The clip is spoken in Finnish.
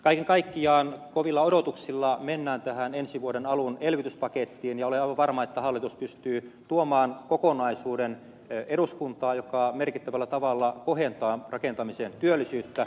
kaiken kaikkiaan kovilla odotuksilla mennään tähän ensi vuoden alun elvytyspakettiin ja olen aivan varma että hallitus pystyy tuomaan eduskuntaan kokonaisuuden joka merkittävällä tavalla kohentaa rakentamisen työllisyyttä